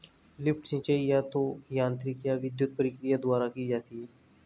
lift सिंचाई या तो यांत्रिक या विद्युत प्रक्रिया द्वारा की जाती है